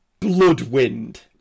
Bloodwind